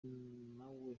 nawe